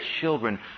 children